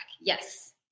Yes